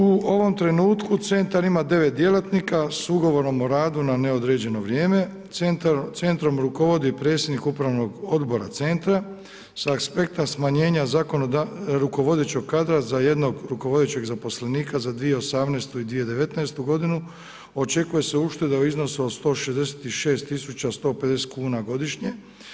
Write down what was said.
U ovom trenutku centar ima devet djelatnika s ugovorom o radu na neodređeno vrijeme, centrom rukovodi predsjednik upravnog odbora sa aspekta smanjenja rukovodećeg kadra za jednog rukovodećeg zaposlenika za 2018. i 2019. godinu očekuje se ušteda u iznosu od 166 000 150 kuna godišnje.